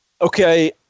Okay